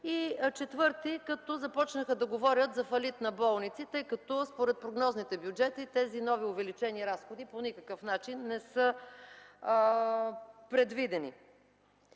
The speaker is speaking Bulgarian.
Четвърти – като започнаха да говорят за фалит на болници, тъй като според прогнозните бюджети тези нови увеличени разходи по никакъв начин не са предвидени.